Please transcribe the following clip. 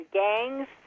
gangs